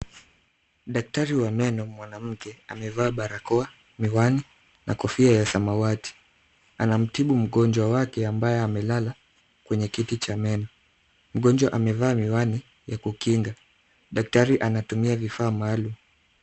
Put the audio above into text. Daktari wa meno mwanamke amevaa barakoa, miwani na kofia ya samawati. Anamtibu mgonjwa wake ambaye amelala kwenye kiti cha meno. Mgonjwa amevaa miwani ya kukinga. Daktari anatumia vifaa maalum.